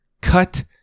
Cut